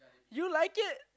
you like it